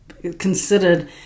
considered